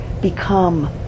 become